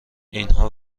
اینها